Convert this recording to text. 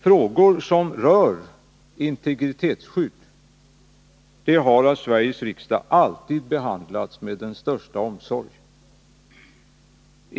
Frågor som rör integritetsskydd har av Sveriges riksdag alltid behandlats med den största omsorg.